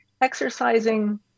exercising